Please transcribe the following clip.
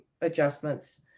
adjustments